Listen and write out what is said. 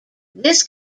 this